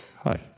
Hi